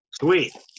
Sweet